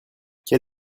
quel